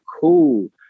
cool